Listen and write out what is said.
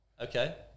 Okay